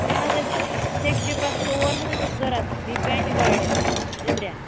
مےٚ حظ ٲسۍ سیٚکہِ ڈِپَر ژور حظ ٲسِم ضروٗرت بیٚیہِ کَنہِ گاڑِ زٕ ترٛےٚ